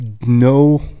no